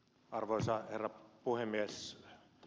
arvoisa herra puhemies